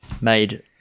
made